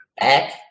back